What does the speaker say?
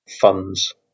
funds